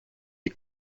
des